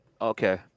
Okay